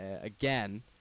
again